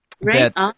Right